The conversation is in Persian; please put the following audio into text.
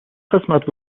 قسمت